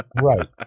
right